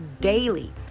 daily